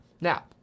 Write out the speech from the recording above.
Now